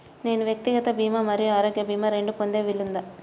నేను వ్యక్తిగత భీమా మరియు ఆరోగ్య భీమా రెండు పొందే వీలుందా?